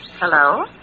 Hello